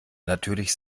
natürlich